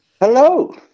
Hello